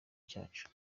cyacu